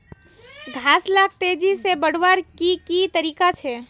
घास लाक तेजी से बढ़वार की की तरीका छे?